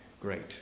great